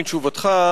מתשובתך,